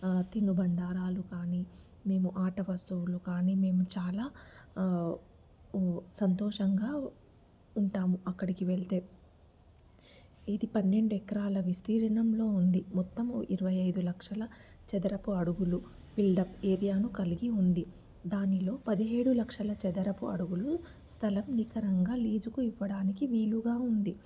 తినుబండారాలు కానీ మేము ఆట వస్తువులు కానీ మేము చాలా సంతోషంగా ఉంటాము అక్కడికి వెళ్తే ఇది పన్నెండు ఎకరాల విస్తీర్ణంలో ఉంది మొత్తం ఇరవై ఐదు లక్షల చదరపు అడుగులు బిల్డప్ ఏరియాను కలిగి ఉంది దానిలో పదిహేడు లక్షల చదరపు అడుగులు స్థలం నికరంగా లీజుకు ఇవ్వడానికి వీలుగా ఉంది